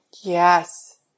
Yes